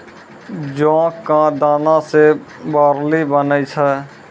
जौ कॅ दाना सॅ बार्ली बनै छै